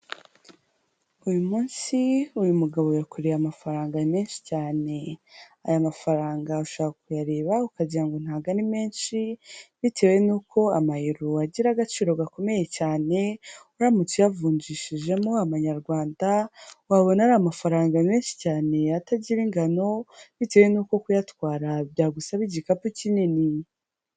Uyu munsi uyu mugabo yakoreye amafaranga menshi cyane, aya mafaranga ushobora kuyareba ukagira ngo ntabwo ari menshi bitewe nuko amayero wagira agaciro gakomeye cyane, uramutse uyavunjishijemo amanyarwanda wabona ari amafaranga menshi cyane atagira ingano bitewe n'uko kuyatwara byagusaba igikapu kinini.